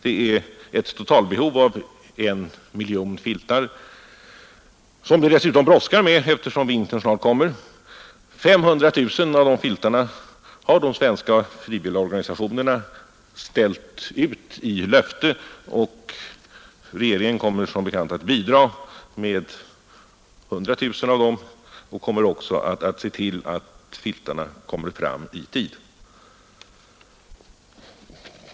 Det finns ett totalbehov på 1 miljon filtar, som det dessutom brådskar med, eftersom vintern snart kommer. De svenska frivilligorganisationerna har ställt löfte om 500 000 av de filtarna, och regeringen kommer som bekant att bidra med 100 000 av dem och skall också se till att filtarna kommer fram i tid.